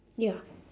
ya